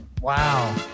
Wow